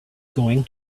going